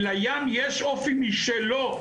כי לים יש אופי משלו.